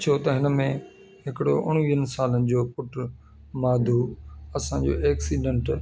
छो त हिनमें हिकिड़ो उणिवीहनि सालनि जो पुटु माधू असांजो एक्सीडेंट